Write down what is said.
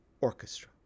orchestra